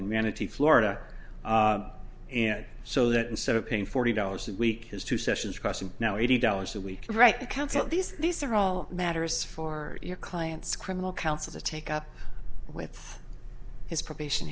in manatee florida and so that instead of paying forty dollars a week his two sessions crossing now eighty dollars a week right to counsel these these are all matters for your clients criminal counts of the take up with his probation